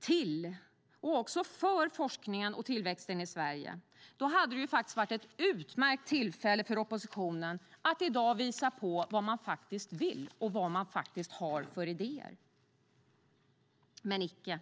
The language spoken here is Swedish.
till och också för forskningen och tillväxten i Sverige, hade det varit ett utmärkt tillfälle för oppositionen att i dag visa på vad man vill och vad man har för idéer - men icke.